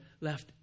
left